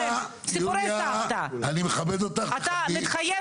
ומברית המועצות לשעבר ומאתיופיה ומכל מקום אחר.